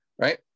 right